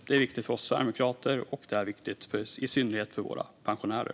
Det är viktigt för oss sverigedemokrater, och det är viktigt i synnerhet för våra pensionärer.